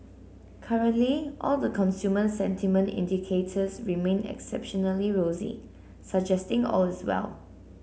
currently all the consumer sentiment indicators remain exceptionally rosy suggesting all is well